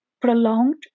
prolonged